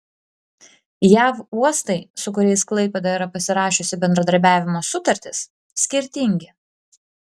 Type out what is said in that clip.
jav uostai su kuriais klaipėda yra pasirašiusi bendradarbiavimo sutartis skirtingi